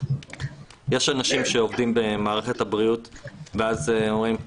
יש אנשים שעובדים במערכת הבריאות ואז אומרים,